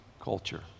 culture